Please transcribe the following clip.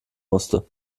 musste